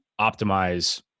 optimize